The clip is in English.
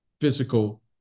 physical